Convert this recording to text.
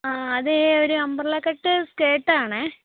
ആ അതെ ഒരു അംബ്രല കട്ട് സ്കെർട്ട് ആണ്